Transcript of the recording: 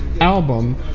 album